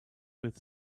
with